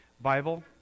Bible